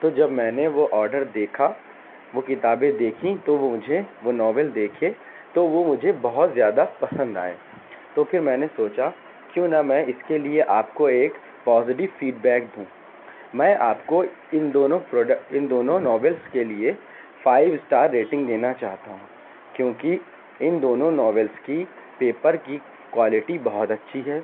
تو جب میں نے وہ آرڈر دیکھا وہ کتابیں دیکھیں تو وہ مجھے وہ ناول دیکھے تو وہ مجھے بہت زیادہ پسند آئے تو پھر میں نے سوچا کیوں نہ میں اس کے لیے آپ کو ایک پازیٹو فیڈ بیک دوں میں آپ کو ان دونوں ان دونوں ناولس کے لیے فائیو اسٹار ریٹنگ دینا چاہتا ہوں کیونکہ ان دونوں ناولس کی پیپر کی کوالٹی بہت اچھی ہے